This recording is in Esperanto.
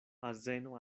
azeno